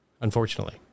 Unfortunately